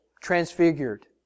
transfigured